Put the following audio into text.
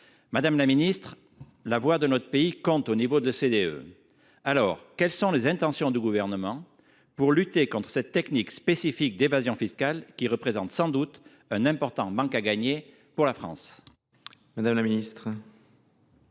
Madame la ministre, la voix de notre pays compte au sein de l’OCDE. Quelles sont les intentions du Gouvernement pour lutter contre cette technique spécifique d’évasion fiscale qui entraîne un important manque à gagner pour la France ? La parole est